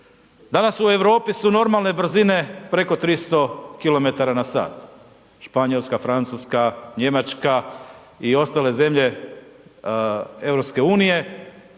Danas u Europi su normalne brzine preko 300 km/h, Španjolska, Francuska, Njemačka i ostale zemlje EU.